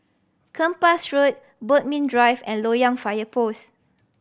Kempas Road Bodmin Drive and Loyang Fire Post